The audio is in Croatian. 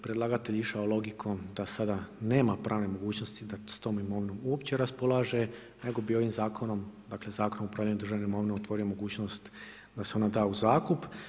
Predlagatelj je išao logikom da sada nema pravne mogućnosti da s tom imovinom uopće raspolaže, nego bi ovim zakonom, dakle Zakonom o upravljanju državnom imovinom otvorio mogućnost da se ona da u zakup.